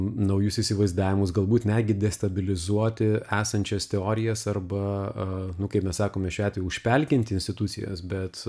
naujus įsivaizdavimus galbūt netgi destabilizuoti esančias teorijas arba nu kaip mes sakome užpelkinti institucijas bet